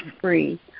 free